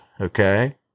okay